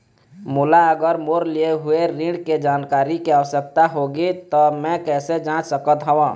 मोला अगर मोर लिए हुए ऋण के जानकारी के आवश्यकता होगी त मैं कैसे जांच सकत हव?